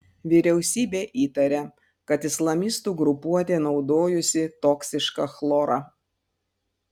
vyriausybė įtaria kad islamistų grupuotė naudojusi toksišką chlorą